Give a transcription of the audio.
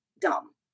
dumb